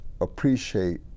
appreciate